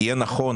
יהיה נכון,